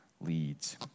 leads